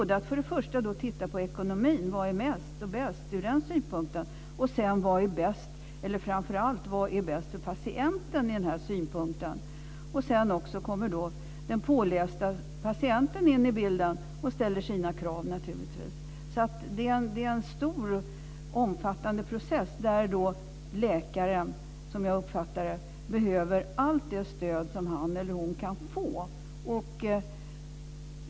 Det gäller både att titta på ekonomin - vad som är mest och bäst ur den synpunkten - och framför allt på vad som är bäst för patienten ur denna synpunkt. Sedan kommer naturligtvis också den pålästa patienten in i bilden och ställer sina krav. Detta är alltså en stor och omfattande process där läkaren, som jag uppfattar det, behöver allt det stöd som han eller hon kan få.